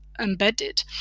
embedded